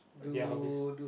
their hobbies